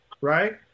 right